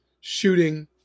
shooting